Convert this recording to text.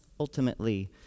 Ultimately